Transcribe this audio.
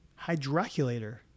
hydroculator